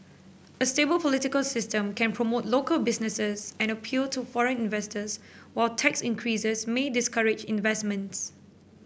a stable political system can promote local businesses and appeal to foreign investors while tax increases may discourage investments